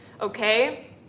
Okay